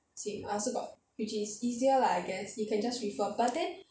same I also got which is easier lah I guess you can just refer but then